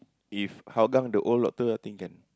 if Hougang the old doctor I think can